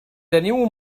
teniu